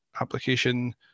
application